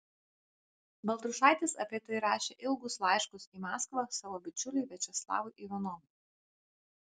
baltrušaitis apie tai rašė ilgus laiškus į maskvą savo bičiuliui viačeslavui ivanovui